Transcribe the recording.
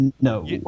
No